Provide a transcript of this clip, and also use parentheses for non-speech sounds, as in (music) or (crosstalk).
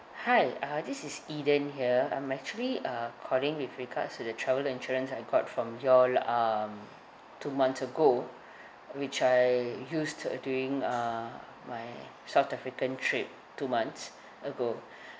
hi ah this is eden here I'm actually uh calling with regards to the travel insurance I got from you all um two months ago which I used to uh doing uh my south african trip two months ago (breath)